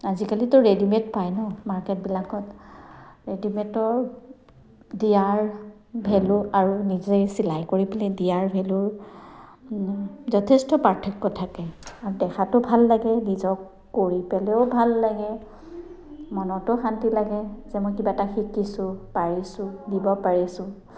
আজিকালিতো ৰেডিমেড পায় ন মাৰ্কেটবিলাকত ৰেডিমেডৰ দিয়াৰ ভেলু আৰু নিজেই চিলাই কৰি পেলাই দিয়াৰ ভেলুৰ যথেষ্ট পাৰ্থক্য থাকে আৰু দেখাতো ভাল লাগে নিজৰ কৰি পেলাইও ভাল লাগে মনতো শান্তি লাগে যে মই কিবা এটা শিকিছোঁ পাৰিছোঁ দিব পাৰিছোঁ